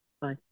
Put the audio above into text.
Bye